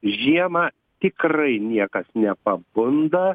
žiemą tikrai niekas nepabunda